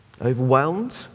overwhelmed